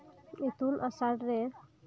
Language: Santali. ᱤᱛᱩᱱ ᱟᱥᱬᱟ ᱨᱮ